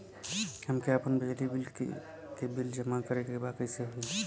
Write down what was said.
हमके आपन बिजली के बिल जमा करे के बा कैसे होई?